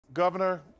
Governor